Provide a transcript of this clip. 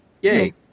yay